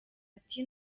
ati